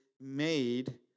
made